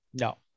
No